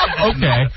Okay